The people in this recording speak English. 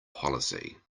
policy